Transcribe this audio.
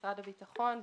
משרד הביטחון,